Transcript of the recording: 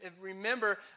remember